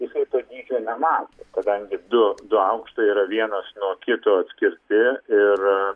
jisai to dydžio nema kadangi du du aukštai yra vienas nuo kito atskirti ir